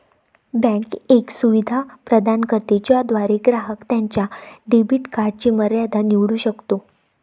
bank एक सुविधा प्रदान करते ज्याद्वारे ग्राहक त्याच्या डेबिट कार्डची मर्यादा निवडू शकतो